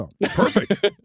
Perfect